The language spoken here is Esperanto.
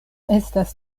estas